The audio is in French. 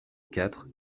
quatre